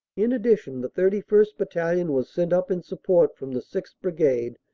in addition the thirty first. battalion was sent up in support from the sixth. brigade,